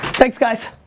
thanks guys.